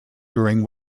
during